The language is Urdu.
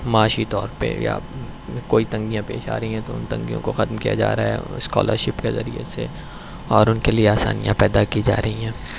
معاشی طور پہ یا کوئی تنگیاں پیش آ رہی ہیں تو ان تنگیوں کو ختم کیا جا رہا ہے اسکالرشپ کے ذریعے سے اور ان کے لیے آسانیاں پیدا کی جا رہی ہیں